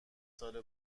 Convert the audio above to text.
ساله